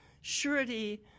surety